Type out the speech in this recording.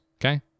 okay